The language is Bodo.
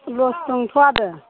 लस दंथ' आरो